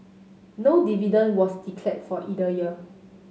no dividend was declared for either year